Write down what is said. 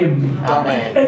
Amen